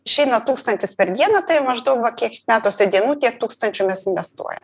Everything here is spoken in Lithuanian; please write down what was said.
išeina tūkstantis per dieną tai maždaug va kiek metuose dienų tiek tūkstančių mes investuoja